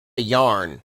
yarn